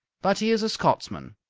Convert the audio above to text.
but he is a scotsman.